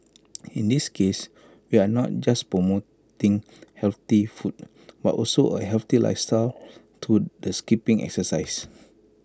in this case we are not just promoting healthy food but also A healthy lifestyle through the skipping exercise